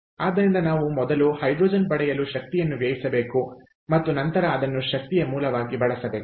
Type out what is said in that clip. ಆದ್ದರಿಂದ ನಾವು ಮೊದಲು ಹೈಡ್ರೋಜನ್ ಪಡೆಯಲು ಶಕ್ತಿಯನ್ನು ವ್ಯಯಿಸಬೇಕು ಮತ್ತು ನಂತರ ಅದನ್ನು ಶಕ್ತಿಯ ಮೂಲವಾಗಿ ಬಳಸಬೇಕು